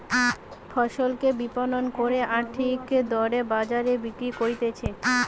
ফসলকে বিপণন করে আর ঠিক দরে বাজারে বিক্রি করতিছে